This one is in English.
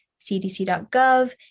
cdc.gov